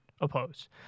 oppose